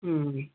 हं